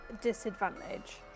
disadvantage